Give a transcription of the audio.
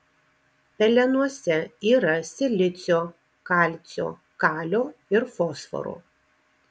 pelenuose yra silicio kalcio kalio ir fosforo